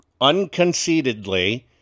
unconceitedly